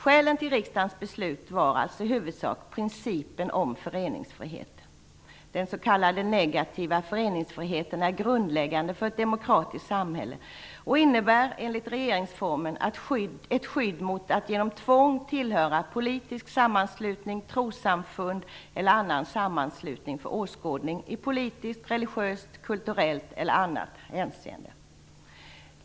Skälen för riksdagens beslut gällde alltså i huvudsak principen om föreningsfrihet. Den s.k. negativa föreningsfriheten är grundläggande för ett demokratiskt samhälle och innebär enligt regeringsformen ett skydd mot att genom tvång tillhöra politisk sammanslutning, trossamfund eller annan sammanslutning för åskådning i politiskt, religiöst, kulturellt eller annat hänseende.